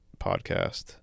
podcast